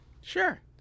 Sure